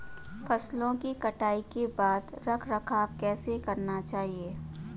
फसलों की कटाई के बाद रख रखाव कैसे करना चाहिये?